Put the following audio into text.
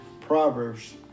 Proverbs